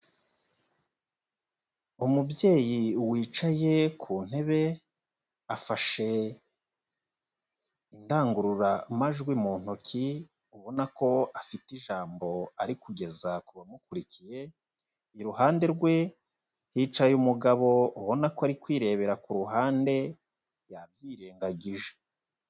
Umubyeyi wicaye ku ntebe, afashe indangururamajwi mu ntoki, ubona ko afite ijambo ariko kugeza ku bamukurikiye. Iruhande rwe hicaye umugabo ubona ko ari kwirebera ku ruhande yabyirengagije.